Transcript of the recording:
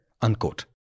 Unquote